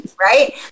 right